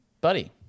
buddy